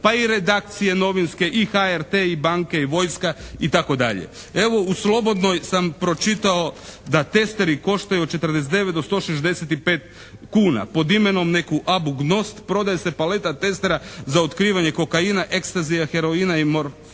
pa i redakcijske novinske i HRT i banke i vojska itd. Evo u "Slobodnoj" sam pročitao da testeri koštaju od 49 do 165 kuna pod imenom neki AbuGnost prodaje se paleta testera za otkrivanje kokaina, ekstazija, heroina i morfina,